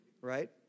Right